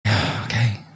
Okay